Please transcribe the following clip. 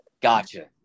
Gotcha